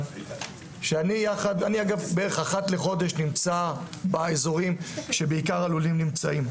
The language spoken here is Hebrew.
שאני נמצא אחת לחודש באזורים שבהם נמצאים הלולים.